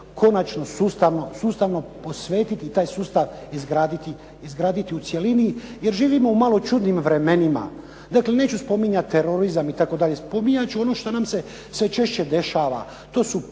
konačno sustavno posvetiti i taj sustav izgraditi u cjelini. Jer živimo u malo čudnim vremenima. Dakle, neću spominjati terorizam itd. spominjat ću ono što nam se sve češće dešava, a to su